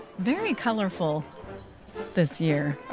very colorful this year.